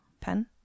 Pen